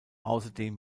außerdem